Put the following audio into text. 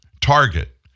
Target